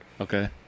Okay